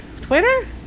Twitter